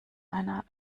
einer